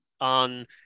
on